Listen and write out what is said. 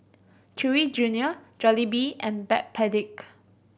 Chewy Junior Jollibee and Backpedic